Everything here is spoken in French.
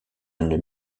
une